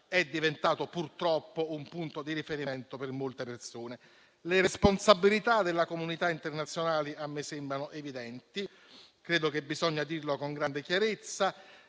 è diventato purtroppo un punto di riferimento per molte persone. Le responsabilità della comunità internazionale a me sembrano evidenti, credo che bisogna dirlo con grande chiarezza,